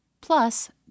Plus